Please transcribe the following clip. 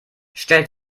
stellt